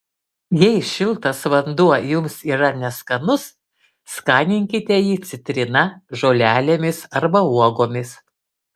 jei šiltas vanduo jums yra neskanus skaninkite jį citrina žolelėmis arba uogomis